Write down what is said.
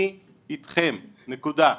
אני איתכם, נקודה,